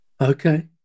okay